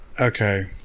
okay